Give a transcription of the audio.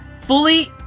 fully